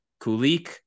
Kulik